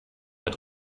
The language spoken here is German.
mit